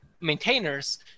maintainers